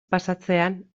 pasatzean